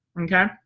Okay